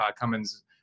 Cummins